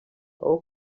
aho